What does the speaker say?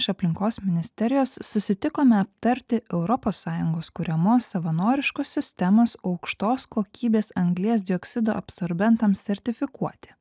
iš aplinkos ministerijos susitikome aptarti europos sąjungos kuriamos savanoriškos sistemos aukštos kokybės anglies dioksido absorbentam sertifikuoti